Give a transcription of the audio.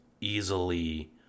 Easily